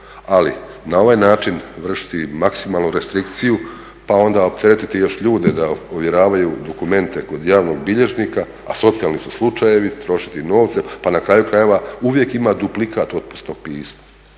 ali na ovaj način vršiti maksimalnu restrikciju pa onda opteretiti još ljude da ovjeravaju dokumente kod javnog bilježnika a socijalni su slučajevi, trošiti novce, pa na kraju krajeva uvijek ima duplikat otpusnog pisma.